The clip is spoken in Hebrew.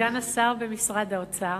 סגן השר במשרד האוצר.